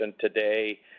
today